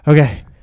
Okay